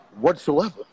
whatsoever